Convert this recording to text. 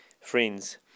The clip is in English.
friends